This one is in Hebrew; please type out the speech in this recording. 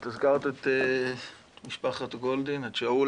את הזכרת את משפחת גולדין ושאול.